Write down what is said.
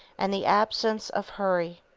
and the absence of hurry.